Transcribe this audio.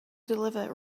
deliver